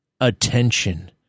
attention